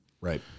Right